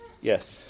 Yes